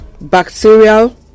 bacterial